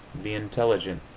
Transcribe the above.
be intelligent?